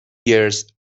years